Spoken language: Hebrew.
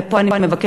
ופה אני מבקשת,